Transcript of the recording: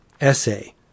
essay